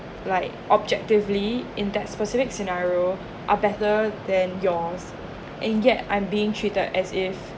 like objectively in that specific scenario are better than yours and yet I'm being treated as if